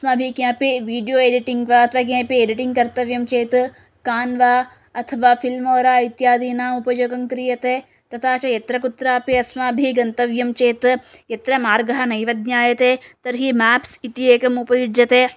अस्माभिः किमपि video editing वा अथवा किमपि एडिटिङ्ग् कर्तव्यं चेत् कान्वा अथवा फिल्मोरा इत्यादीनाम् उपयोगः क्रियते तथा च यत्र कुत्रापि अस्माभिः गन्तव्यं चेत् यत्र मार्गः नैव ज्ञायते तर्हि मेप्स् इति एकम् उपयुज्यते